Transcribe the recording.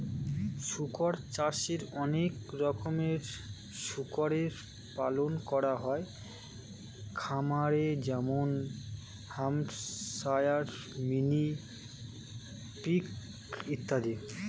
শুকর চাষে অনেক রকমের শুকরের পালন করা হয় খামারে যেমন হ্যাম্পশায়ার, মিনি পিগ ইত্যাদি